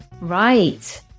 Right